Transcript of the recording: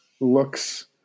looks